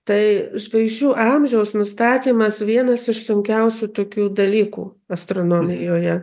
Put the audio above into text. tai žvaigždžių amžiaus nustatymas vienas iš sunkiausių tokių dalykų astronomijoje